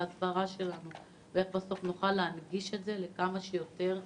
ההסברה שלנו ואיך נוכל להנגיש את זה לכמה שיותר אנשים.